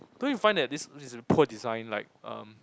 don't you find that this this a poor design like erm